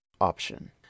option